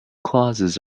clauses